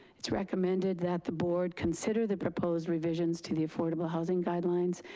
it's recommended that the board consider the proposed revisions to the affordable housing guidelines,